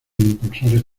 impulsores